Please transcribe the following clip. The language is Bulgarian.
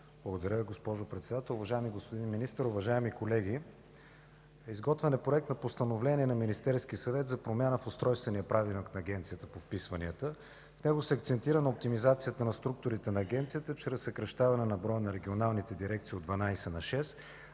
Благодаря, госпожо Председател. Уважаеми господин Министър, уважаеми колеги! Изготвен е проект на Постановление на Министерски съвет за промяна в Устройствения правилник на Агенция по вписванията. В него се акцентира на оптимизацията на структурите на Агенцията, чрез съкращаване на броя на Регионалните дирекции от 12 на 6,